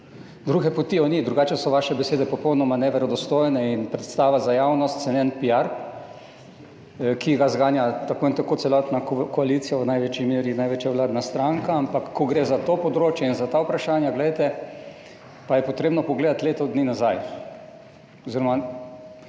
Druge poti ni, drugače so vaše besede popolnoma neverodostojne in predstava za javnost cenen piar, ki ga tako in tako zganja celotna koalicija, v največji meri največja vladna stranka, ampak ko gre za to področje in za ta vprašanja, je treba pogledati leto dni nazaj oziroma